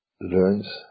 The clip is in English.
learns